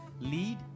lead